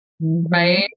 right